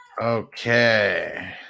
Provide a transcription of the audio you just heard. Okay